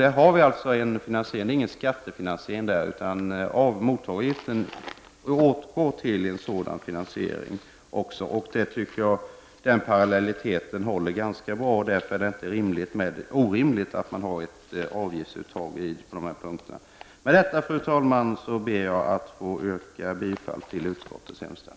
Det är alltså inte fråga om någon skattefinansiering, utan mottagaravgiften används till en sådan finansiering. Denna parallellitet håller ganska bra, och därför är det inte orimligt att man har ett avgiftsuttag på dessa punkter. Fru talman! Med det anförda ber jag att få yrka bifall till utskottets hemställan.